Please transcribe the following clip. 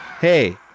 Hey